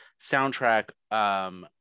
soundtrack